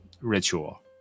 ritual